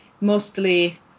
mostly